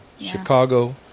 Chicago